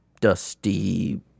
dusty